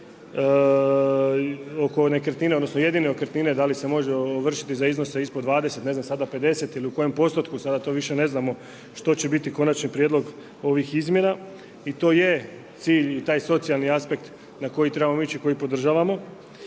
jedine nekretnine da li se može ovršiti za iznose ispod 20 ne znam sada 50 ili u kojem postotku, sada to više ne znamo što će biti konačni prijedlog ovih izmjena i to je cilj i taj socijalni aspekt na koji trebamo ići i koji podržavamo